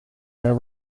her